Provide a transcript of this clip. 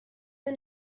and